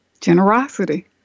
Generosity